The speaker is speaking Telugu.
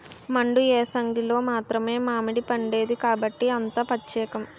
మండు ఏసంగిలో మాత్రమే మావిడిపండేది కాబట్టే అంత పచ్చేకం